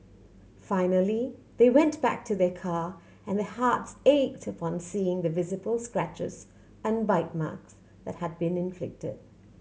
finally they went back to their car and hearts ached upon seeing the visible scratches and bite marks that had been inflicted